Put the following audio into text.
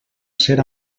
ser